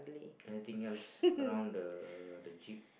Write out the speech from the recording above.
anything else around the the jeep